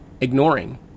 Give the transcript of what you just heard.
ignoring